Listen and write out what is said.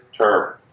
term